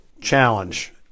challenge